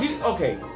okay